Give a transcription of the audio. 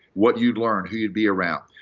what you'd learn, who you'd be around.